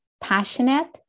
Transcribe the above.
passionate